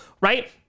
right—